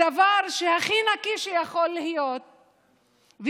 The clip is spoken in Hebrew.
הדבר הכי נקי שיכול להיות ובטוח,